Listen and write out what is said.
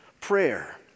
prayer